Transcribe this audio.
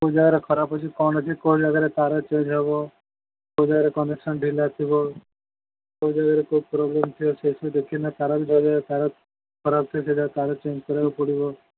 କେଉଁ ଜାଗାରେ ଖରାପ ଅଛି କ'ଣ ଅଛି କେଉଁ ଜାଗାରେ ତାର ଚେଞ୍ଜ୍ ହେବ କେଉଁ ଜାଗାରେ କନେକ୍ସନ୍ ଢ଼ିଲା ଥିବ କେଉଁ ଜାଗାରେ କେଉଁ ପ୍ରୋବ୍ଲେମ୍ ଥିବ ସେଇଠି ଦେଖିଲେ ତାର ବି ଜଳିବାର ତାର ଖରାପ ଥିଲେ ତାର ଚେଞ୍ଜ୍ କରିବାକୁ ପଡ଼ିବ